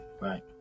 right